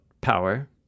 power